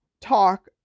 talk